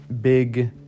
big